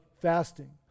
fasting